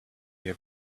your